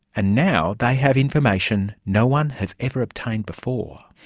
and now they have information no one has ever obtained before.